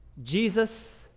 Jesus